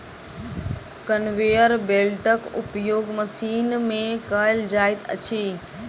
conveyor बेल्टक उपयोग machine मे कयल जाइत अछि